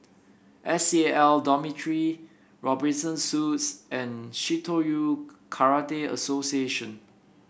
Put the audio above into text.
S C L Dormitory Robinson Suites and Shitoryu Karate Association